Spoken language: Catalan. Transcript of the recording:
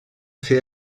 fer